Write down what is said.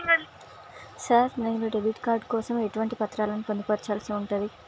Sir నేను debit card కోసం ఎటువంటి పత్రాలను పొందుపర్చాల్సి ఉంటది?